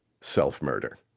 self-murder